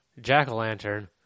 Jack-o-lantern